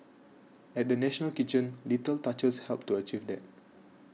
at the National Kitchen little touches helped to achieve that